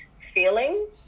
feeling